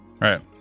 Right